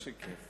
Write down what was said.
ודאי שכן.